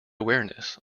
awareness